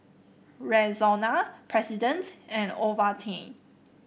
Rexona President and Ovaltine